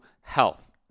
health